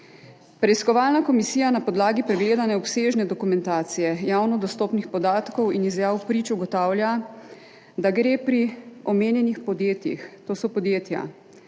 Preiskovalna komisija na podlagi pregledane obsežne dokumentacije, javno dostopnih podatkov in izjav prič ugotavlja, da gre pri omenjenih podjetjih, to so podjetja